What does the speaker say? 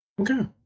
okay